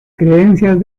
creencias